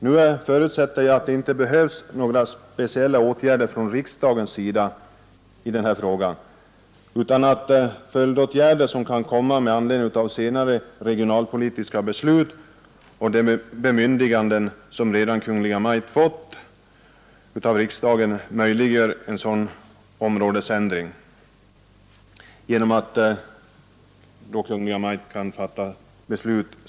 Nu förutsätter jag att det inte krävs några speciella åtgärder från riksdagen i denna fråga utan att kommande regionalpolitiska beslut och de bemyndiganden som Kungl. Maj:t redan fått av riksdagen möjliggör en sådan områdesändring genom ett senare beslut av Kungl. Maj:t.